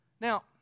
Now